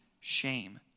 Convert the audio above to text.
shame